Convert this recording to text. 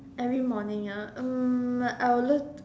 every morning ya um I will lose